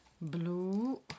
blue